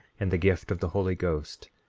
and the gift of the holy ghost,